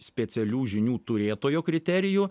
specialių žinių turėtojo kriterijų